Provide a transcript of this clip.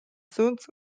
zuntz